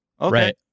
Okay